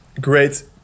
great